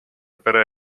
pere